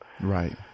Right